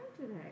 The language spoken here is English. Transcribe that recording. today